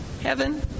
heaven